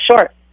short